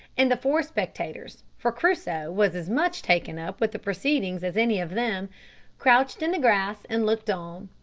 and the four spectators for crusoe was as much taken up with the proceedings as any of them crouched in the grass, and looked on.